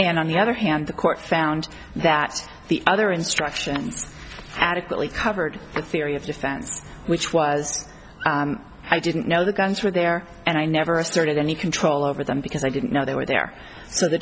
and on the other hand the court found that the other instructions adequately covered the theory of defense which was i didn't know the guns were there and i never started any control over them because i didn't know they were there so the